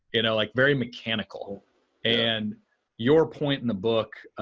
you know like very mechanical and your point in the book